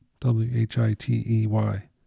W-H-I-T-E-Y